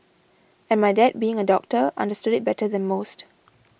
and my dad being a doctor understood it better than most